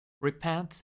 Repent